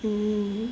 mm